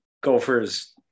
Gophers